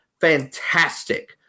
fantastic